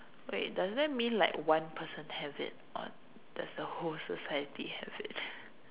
wait does that mean like one person have it or does the whole society have it